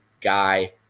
guy